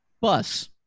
Bus